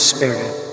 Spirit